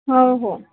हो हो